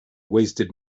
wasted